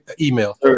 email